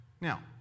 Now